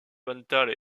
mentale